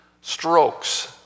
strokes